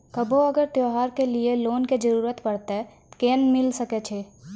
कभो अगर त्योहार के लिए लोन के जरूरत परतै तऽ केना मिल सकै छै?